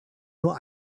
nur